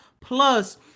Plus